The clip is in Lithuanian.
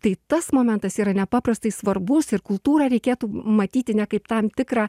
tai tas momentas yra nepaprastai svarbus ir kultūrą reikėtų matyti ne kaip tam tikrą